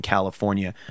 California